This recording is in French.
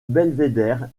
belvédère